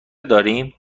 داریم